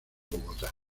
bogotá